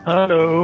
Hello